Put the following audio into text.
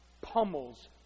pummels